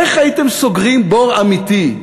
איך הייתם סוגרים בור אמיתי,